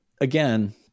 again